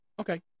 Okay